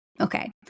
Okay